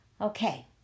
Okay